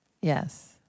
Yes